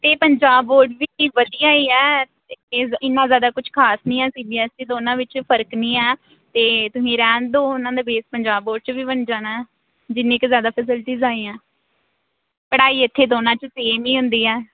ਅਤੇ ਪੰਜਾਬ ਬੋਰਡ ਵੀ ਵਧੀਆ ਹੀ ਹੈ ਇ ਜ਼ ਇੰਨਾ ਜ਼ਿਆਦਾ ਕੁਛ ਖਾਸ ਨਹੀਂ ਹੈ ਸੀ ਬੀ ਐਸ ਈ ਦੋਨਾਂ ਵਿੱਚ ਫਰਕ ਨਹੀਂ ਹੈ ਅਤੇ ਤੁਸੀਂ ਰਹਿਣ ਦਿਉ ਉਹਨਾਂ ਦਾ ਬੇਸ ਪੰਜਾਬ ਬੋਰਡ 'ਚੋਂ ਵੀ ਬਣ ਜਾਣਾ ਜਿੰਨੀ ਕੁ ਜ਼ਿਆਦਾ ਫੈਸਿਲਿਟੀਜ਼ ਆਈਆਂ ਪੜ੍ਹਾਈ ਇੱਥੇ ਦੋਨਾਂ 'ਚ ਸੇਮ ਹੀ ਹੁੰਦੀ ਆ